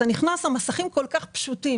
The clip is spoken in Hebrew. אתה נכנס , המסכים כל כך פשוטים.